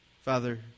Father